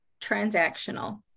transactional